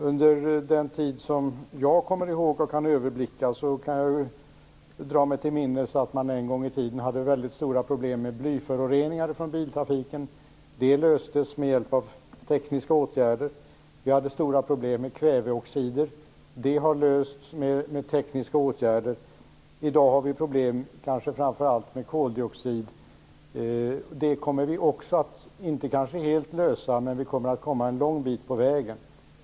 Under den tid som jag kommer ihåg och kan överblicka var det vid något tillfälle väldigt stora problem med blyföroreningar från biltrafiken. Det löstes med hjälp av tekniska åtgärder. Det har också varit stora problem med kväveoxider. Även det har lösts med hjälp av tekniska åtgärder. I dag har vi problem kanske framför allt med koldioxiden. De problemen löser vi kanske inte helt, men vi kommer säkert en bra bit på vägen.